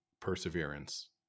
perseverance